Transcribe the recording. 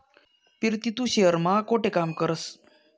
पिरती तू शहेर मा कोठे काम करस?